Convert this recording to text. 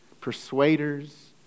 persuaders